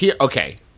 Okay